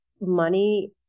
money